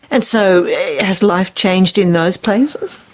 and so has life changed in those places?